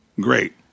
great